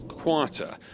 Quieter